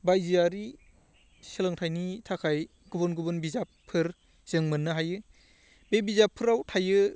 बायजोारि सोलोंथाइनि थाखाय गुबुन गुबुन बिजाबफोर जों मोन्नो हायो बे बिजाबफ्राव थायो